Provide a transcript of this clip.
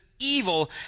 Evil